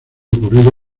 ocurrido